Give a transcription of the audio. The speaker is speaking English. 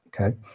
okay